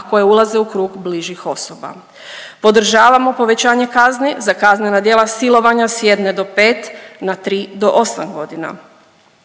a koje ulaze u krug bližih osoba. Podržavamo povećanje kazni za kaznena djela silovanja s 1 do 5 na 3 do 8 godina,